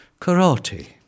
Karate